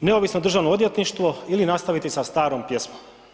neovisno državno odvjetništvo ili nastaviti sa starom pjesmom.